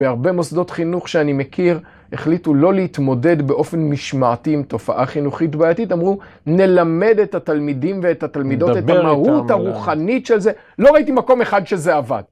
בהרבה מוסדות חינוך שאני מכיר החליטו לא להתמודד באופן משמעתי עם תופעה חינוכית בעייתית. אמרו, נלמד את התלמידים ואת התלמידות את המהות הרוחנית של זה. לא ראיתי מקום אחד שזה עבד.